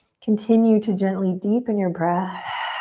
continue to gently deepen your breath.